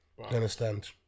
understand